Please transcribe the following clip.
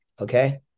Okay